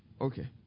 Okay